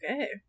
Okay